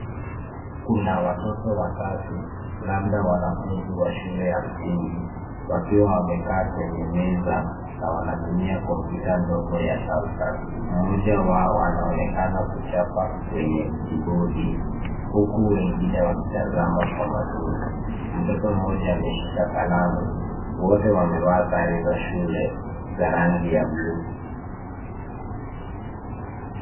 Kuna watoto watatu labda wanafuzi wa shule ya msingi, wakiwa wamekaa kwenye meza na wanatumia kompyuta ndogo ya Samsang. Mmoja wao anaonekana kuchapa kwenye kibodi, huku wengine wakitazama kwa makini. Mtoto mmoja ameshika kalamu, wote wamevaa sare za shule za rangi ya bluu.